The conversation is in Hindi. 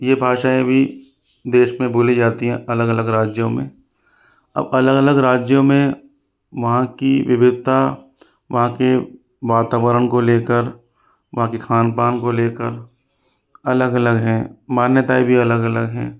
ये भाषाएँ भी देश में बोली जाती हैं अलग अलग राज्यों में अब अलग अलग राज्यों में वहाँ की विविधता वहाँ के वातावरण को लेकर वहाँ के खान पान को लेकर अलग अलग हैं मान्यताएँ भी अलग अलग हैं